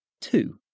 Two